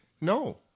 No